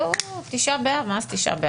והוא תשעה באב, מה זה תשעה באב?